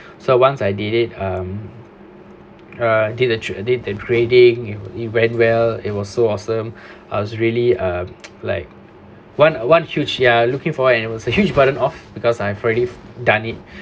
so once I did it um uh I did the I did the training it went well it was so awesome I was really um like one one huge ya looking forward it was a huge burden off because I've already done it